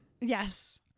Yes